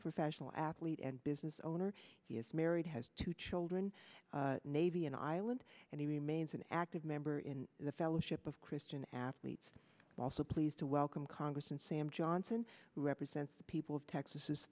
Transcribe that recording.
professional athlete and business owner he is married has two children navy and island and he remains an active member in the fellowship of christian athletes also pleased to welcome congressman sam johnson who represents the people of texas